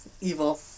evil